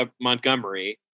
Montgomery